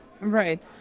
Right